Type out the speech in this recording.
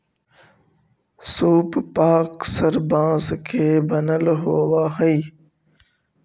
सूप पअक्सर बाँस के बनल होवऽ हई